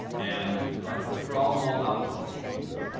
and kind of through through all them all, about twelve gold pieces. yeah